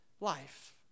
life